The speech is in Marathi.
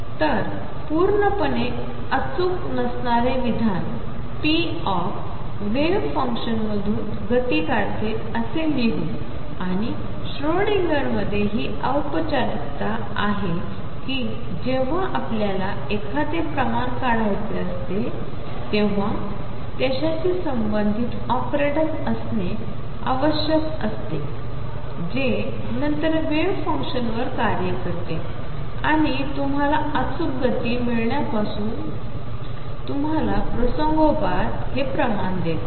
तरपूर्णपणे अचूक नसणारे विधान p op वेव्ह फंक्शनमधून गती काढते असे लिहू आणि श्रोडिंगरमध्ये ही औपचारिकता आहे की जेव्हा आपल्याला एखादे प्रमाण काढायचे असते तेव्हा त्याच्याशी संबंधित ऑपरेटर असणे आवश्यक असते जे नंतर वेव्ह फंक्शनवर कार्य करते आणि तुम्हाला अचूक गती मिळाल्यापासून ते तुम्हाला प्रसंगोपात हे प्रमाण देते